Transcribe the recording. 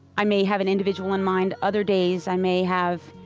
i may have an individual in mind. other days i may have